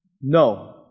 No